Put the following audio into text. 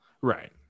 Right